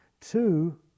two